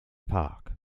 park